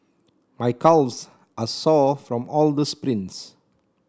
my calves are sore from all the sprints